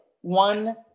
one